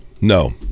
No